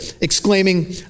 exclaiming